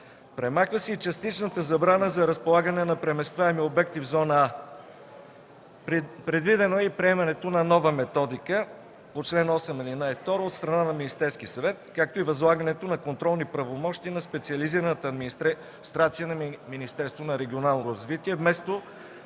Премахва се и частичната забрана за разполагане на преместваеми обекти в зона „А”. Предвидено е и приемането на нова методика по чл. 8, ал. 2 от страна на Министерския съвет, както и възлагането на контролни правомощия на специализираната администрация на Министерството на регионалното развитие вместо